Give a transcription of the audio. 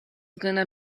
gonna